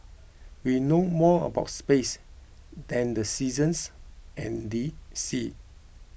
we know more about space than the seasons and the seas